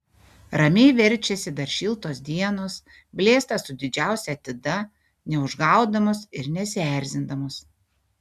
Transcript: ramiai verčiasi dar šiltos dienos blėsta su didžiausia atida neužgaudamos ir nesierzindamos